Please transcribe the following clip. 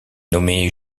nommé